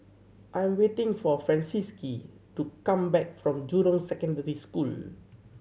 I am waiting for Francisqui to come back from Jurong Secondary School